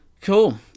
Cool